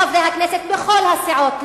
חברי הכנסת מכל הסיעות,